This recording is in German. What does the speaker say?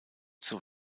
zur